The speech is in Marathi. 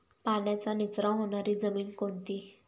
पाण्याचा निचरा होणारी जमीन कोणती?